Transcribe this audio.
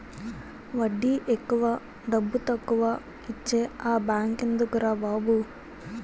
వడ్డీ ఎక్కువ డబ్బుతక్కువా ఇచ్చే ఆ బేంకెందుకురా బాబు